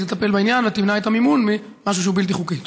תטפל בעניין ותמנע את המימון ממשהו שהוא בלתי חוקי.